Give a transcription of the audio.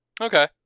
Okay